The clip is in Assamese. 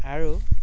আৰু